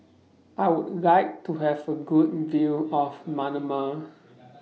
I Would like to Have A Good View of Manama